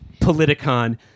Politicon